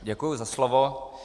Děkuji za slovo.